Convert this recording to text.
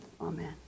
Amen